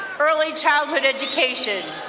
early childhood education.